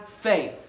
faith